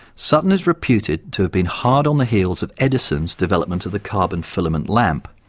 sutton is reputed to been hard on the heels of edison's development of the carbon filament lamp,